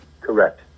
Correct